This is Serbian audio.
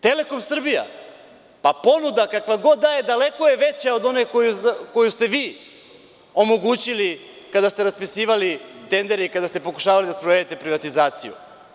Telekom Srbija“, pa ponuda, kakva god da je, daleko je veća od one koju ste vi omogućili kada ste raspisivali tendere i kada ste pokušavali da sprovedete privatizaciju.